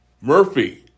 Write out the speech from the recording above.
Murphy